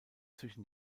zwischen